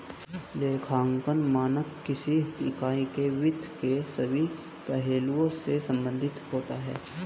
लेखांकन मानक किसी इकाई के वित्त के सभी पहलुओं से संबंधित होता है